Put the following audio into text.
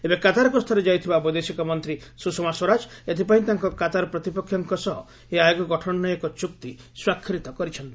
ଏବେ କାତାର ଗସ୍ତରେ ଯାଇଥିବା ବୈଦେଶିକ ମନ୍ତ୍ରୀ ସୁଷମା ସ୍ୱରାଜ ଏଥିପାଇଁ ତାଙ୍କ କାତାର ପ୍ରତିପକ୍ଷଙ୍କ ସହ ଏହି ଆୟୋଗ ଗଠନ ନେଇ ଏକ ଚୁକ୍ତି ସ୍ୱାକ୍ଷର କରିଛନ୍ତି